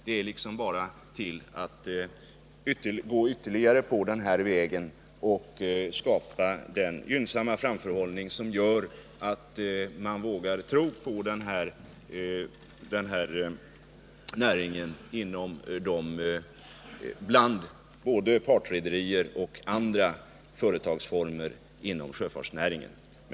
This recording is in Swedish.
Det är liksom bara att gå vidare på den här vägen och skapa den gynnsamma framförhållning som gör att man bland både partrederier och andra företagsformer inom sjöfartsnäringen vågar tro på den här näringen.